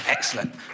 Excellent